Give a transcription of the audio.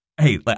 hey